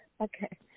Okay